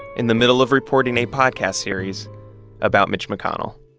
in the middle of reporting a podcast series about mitch mcconnell